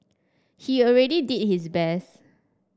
he already did his best